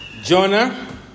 Jonah